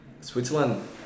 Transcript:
Switzerland